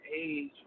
age